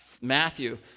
Matthew